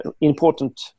important